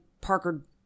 Parker